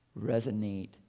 resonate